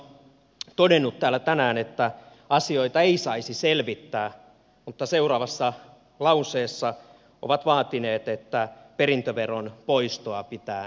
keskusta on todennut täällä tänään että asioita ei saisi selvittää mutta seuraavassa lauseessa vaatinut että perintöveron poistoa pitää selvittää